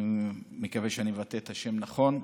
אני מקווה שאני מבטא את השם נכון,